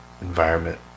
environment